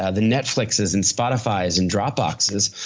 ah the netflix's, and spotify's and dropboxes.